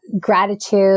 gratitude